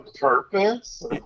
purpose